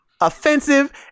offensive